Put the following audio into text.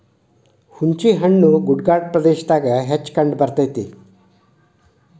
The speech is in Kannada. ಹುಂಚಿಹಣ್ಣು ಗುಡ್ಡಗಾಡ ಪ್ರದೇಶದಾಗ ಹೆಚ್ಚ ಕಂಡಬರ್ತೈತಿ